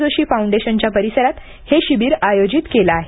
जोशी फाउंडेशनच्या परिसरात हे शिबीर आयोजित केलं आहे